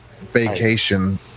vacation